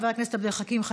חבר הכנסת טלב אבו ערר,